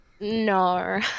No